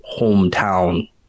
hometown